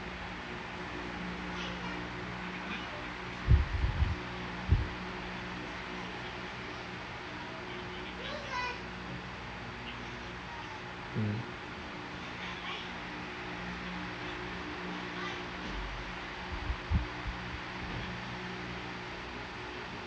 mm